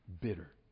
Bitter